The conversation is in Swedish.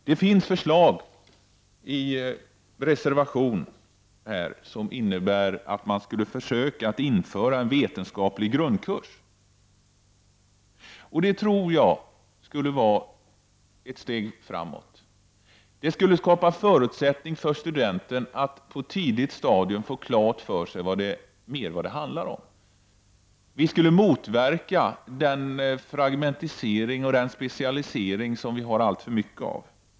Det finns förslag i en motion som innebär att man skulle försöka att införa en vetenskaplig grundkurs. Det tror jag skulle vara ett steg framåt. Det skulle skapa förutsättningar för studenten att på ett tidigt stadium få klart för sig vad det handlar om. Vi skulle motverka den fragmentisering och den specialisering som vi har alltför mycket av.